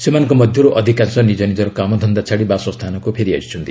ସେମାନଙ୍କ ମଧ୍ୟରୁ ଅଧିକାଂଶ ନିଜ ନିଜର କାମଧନ୍ଦା ଛାଡ଼ି ବାସସ୍ଥାନକୁ ଫେରି ଆସିଛନ୍ତି